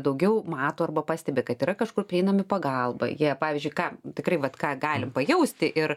daugiau mato arba pastebi kad yra kažkur prieinami pagalba jie pavyzdžiui ką tikrai vat ką gali pajausti ir